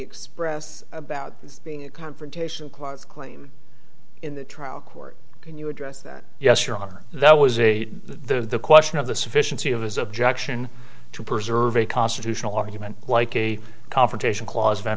expressed about this being a confrontation clause claim in the trial court can you address that yes your honor that was a the question of the sufficiency of his objection to preserve a constitutional argument like a confrontation clause